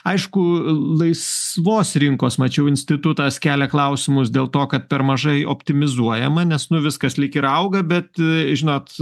aišku laisvos rinkos mačiau institutas kelia klausimus dėl to kad per mažai optimizuojama nes nu viskas lyg ir auga bet žinot